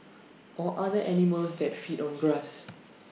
or other animals that feed on grass